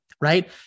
right